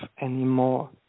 anymore